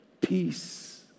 Peace